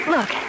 Look